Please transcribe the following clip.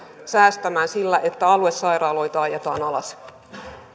säästämään sillä että aluesairaaloita ajetaan alas